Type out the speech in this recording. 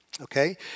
Okay